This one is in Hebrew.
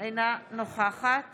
אינה נוכחת